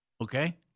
Okay